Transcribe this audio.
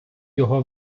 його